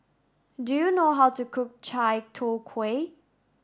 do you know how to cook Chai Tow Kway